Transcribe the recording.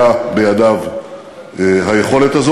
סביר להניח שכבר הייתה בידיו היכולת הזאת.